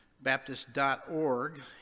Baptist.org